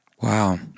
Wow